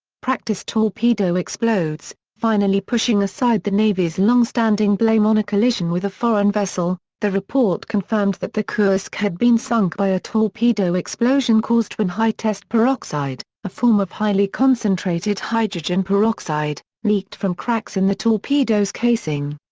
practice torpedo explodes finally pushing aside the navy's long-standing blame on a collision with a foreign vessel, the report confirmed that the kursk had been sunk by a torpedo explosion caused when high-test peroxide, a form of highly concentrated hydrogen peroxide, leaked from cracks in the torpedo's casing.